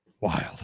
Wild